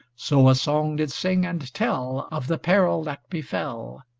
so a song did sing and tell of the peril that befell.